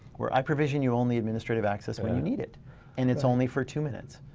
where i provision you only administrative access when you need it and it's only for two minutes.